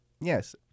Yes